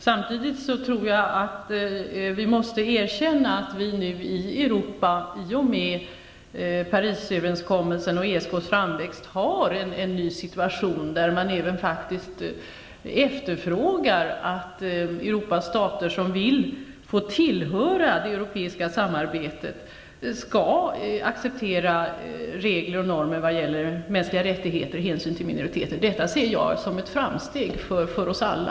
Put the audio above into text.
Samtidigt tror jag att vi nu måste erkänna att vi i Europa i och med Parisöverenskommelsen och ESK:s framväxt har en ny situation, där man även efterfrågar att stater i Europa som vill få komma med i det europeiska samarbetet skall acceptera regler och normer vad gäller mänskliga rättigheter och hänsyn till minoriteter. Detta ser jag som ett framsteg för oss alla.